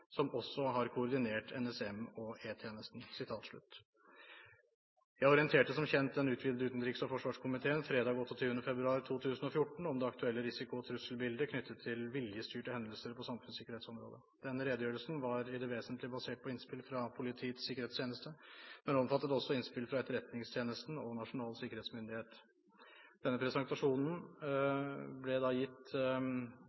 som også har koordinert NSM og E-tjenesten.» Jeg orienterte som kjent den utvidede utenriks- og forsvarskomiteen fredag 28. februar 2014 om det aktuelle risiko- og trusselbildet knyttet til viljestyrte hendelser på samfunnssikkerhetsområdet. Denne redegjørelsen var i det vesentlige basert på innspill fra Politiets sikkerhetstjeneste, men omfattet også innspill fra Etterretningstjenesten og Nasjonal sikkerhetsmyndighet. Denne presentasjonen